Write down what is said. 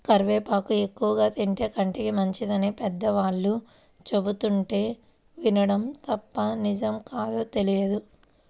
కరివేపాకు ఎక్కువగా తింటే కంటికి మంచిదని పెద్దవాళ్ళు చెబుతుంటే వినడమే తప్ప నిజమో కాదో తెలియదు